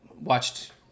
watched